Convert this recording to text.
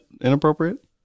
inappropriate